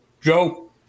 Joe